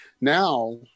now